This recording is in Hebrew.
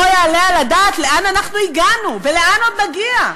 לא יעלה על הדעת לאן אנחנו הגענו ולאן עוד נגיע.